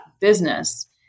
business